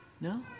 No